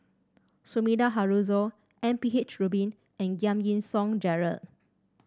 Sumida Haruzo M P H Rubin and Giam Yean Song Gerald